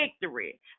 Victory